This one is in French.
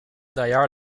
d’ailleurs